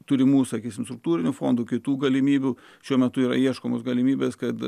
turimų sakysime struktūrinių fondų kitų galimybių šiuo metu yra ieškomos galimybės kad